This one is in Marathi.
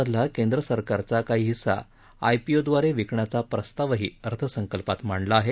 मधला केंद्र सरकारचा काही हिस्सा आयपीओद्वारे विकण्याचा प्रस्तावही अर्थसंकल्पात मांडला आहे